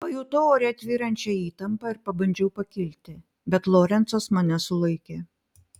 pajutau ore tvyrančią įtampą ir pabandžiau pakilti bet lorencas mane sulaikė